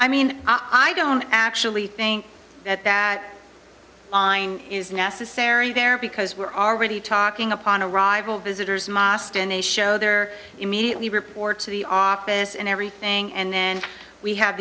i mean i don't actually think that that is necessary there because we're already talking upon arrival visitors mostyn a show there immediately report to the office and everything and then we have